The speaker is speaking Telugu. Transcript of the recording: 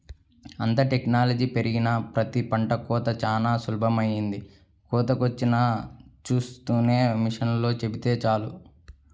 అంతా టెక్నాలజీ పెరిగినాక ప్రతి పంట కోతా చానా సులభమైపొయ్యింది, కోతకొచ్చింది చూస్కొని మిషనోల్లకి చెబితే చాలు